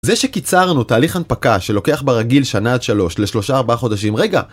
זה שקיצרנו תהליך הנפקה שלוקח ברגיל שנה עד שלוש לשלושה ארבעה חודשים רגע